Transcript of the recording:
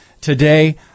today